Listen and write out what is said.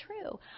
true